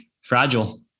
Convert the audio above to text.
fragile